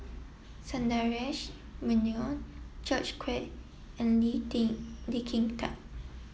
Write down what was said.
Sundaresh Menon George Quek and Lee Kin Tat